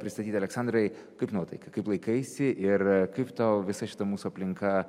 pristatyti aleksandrai kaip nuotaika kaip laikaisi ir kaip tau visa šita mūsų aplinka